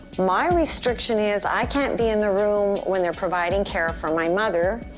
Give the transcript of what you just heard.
my restriction is i can't be in the room when they're providing care for my mother.